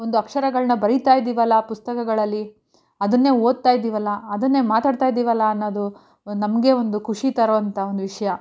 ಒಂದು ಅಕ್ಷರಗಳನ್ನ ಬರಿತಾ ಇದ್ದೀವಲ್ಲ ಪುಸ್ತಕಗಳಲ್ಲಿ ಅದನ್ನೇ ಓದ್ತಾ ಇದ್ದೀವಲ್ಲ ಅದನ್ನೇ ಮಾತಾಡ್ತಾ ಇದ್ದೀವಲ್ಲ ಅನ್ನೋದು ನಮಗೆ ಒಂದು ಖುಷಿ ತರೋಂಥ ಒಂದು ವಿಷಯ